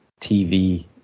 TV